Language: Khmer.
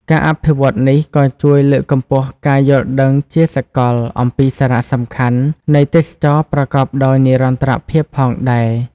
ការអភិវឌ្ឍនេះក៏ជួយលើកកម្ពស់ការយល់ដឹងជាសកលអំពីសារៈសំខាន់នៃទេសចរណ៍ប្រកបដោយនិរន្តរភាពផងដែរ។